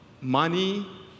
money